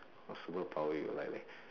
what superpower you will like leh